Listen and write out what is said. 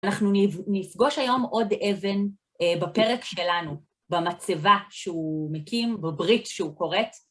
אנחנו נפגוש היום עוד אבן בפרק שלנו, במצבה שהוא מקים, בברית שהוא כורת.